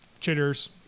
chitters